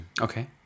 Okay